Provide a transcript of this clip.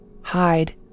hide